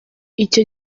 icyo